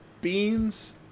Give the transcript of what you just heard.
beans